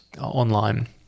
online